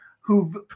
who've